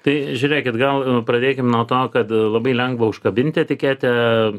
tai žiūrėkit gal pradėkim nuo to kad labai lengva užkabinti etiketę